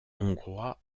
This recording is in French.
hongrois